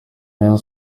rayon